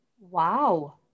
Wow